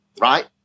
right